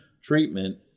treatment